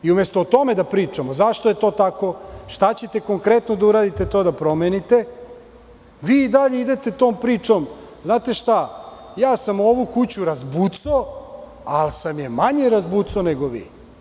I umesto o tome da pričamo, zašto je to tako, šta ćete konkretno da uradite da to promenite, vi i dalje idete tom pričom – znate šta, ja sam ovu kuću razbucao, ali sam je manje razbucao nego vi.